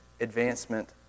advancement